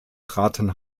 traten